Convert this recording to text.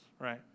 right